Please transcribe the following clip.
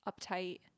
uptight